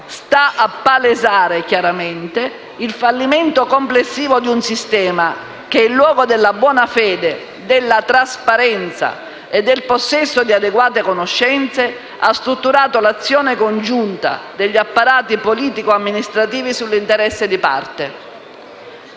stanno a palesare chiaramente il fallimento complessivo di un sistema che in luogo della buona fede, della trasparenza e del possesso di adeguate conoscenze, ha strutturato l'azione congiunta degli apparati politico-amministrativi sull'interesse di parte.